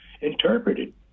interpreted